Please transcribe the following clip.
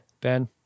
Ben